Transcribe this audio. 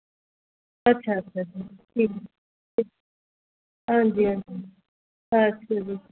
अच्छा अच्छा अच्छा ठीक ऐ हांजी हांजी अच्छा जी